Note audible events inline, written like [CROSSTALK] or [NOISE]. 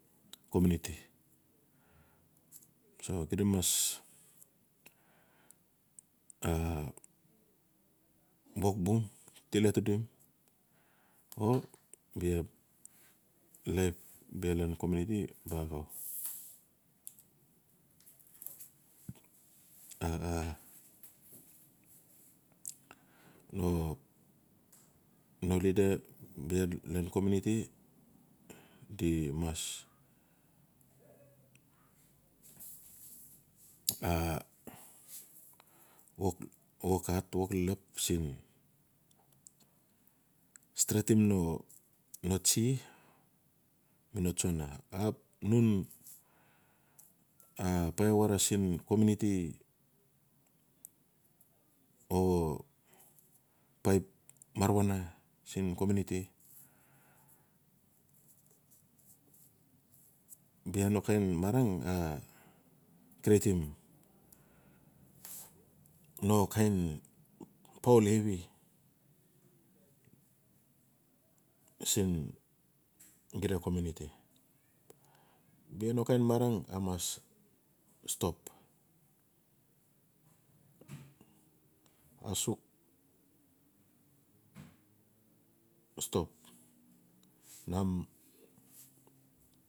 Komiuniti, so giat mas wok bung til le to dumo bia life lan kominiti ba axau [NOISE] no lida bia lan komiuniti di ma [NOISE] a wok hat, wok lelep siin stretim no tsi mi no tsono ap nun paia wara siin komiuniti o paip maruana siin komiuniti. [HESITATION] Bia no kain marang a creation no kain poul hevi [NOISE] siin xida komiuniti. Bia no mat kain marang a ma stop, a suk [NOISE] stop nam.